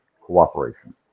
cooperation